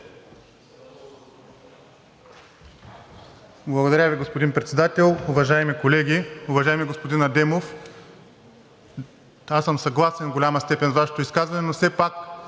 Благодаря Ви, господин Председател. Уважаеми колеги, уважаеми господин Адемов! Аз съм съгласен в голяма степен с Вашето изказване, но все пак